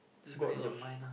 god knows